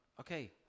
Okay